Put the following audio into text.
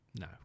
No